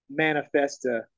manifesta